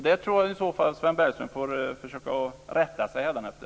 Jag tror i så fall att Sven Bergström får försöka rätta sig hädanefter.